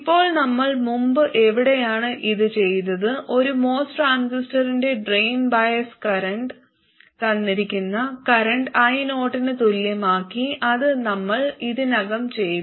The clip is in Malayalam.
ഇപ്പോൾ നമ്മൾ മുമ്പ് എവിടെയാണ് ഇത് ചെയ്തത് ഒരു MOS ട്രാൻസിസ്റ്ററിന്റെ ഡ്രെയിൻ ബയസ് കറന്റ് തന്നിരിക്കുന്ന കറന്റ് io ന് തുല്യമാക്കി അത് നമ്മൾ ഇതിനകം ചെയ്തു